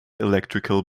electrical